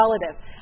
relative